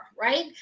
right